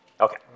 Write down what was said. Okay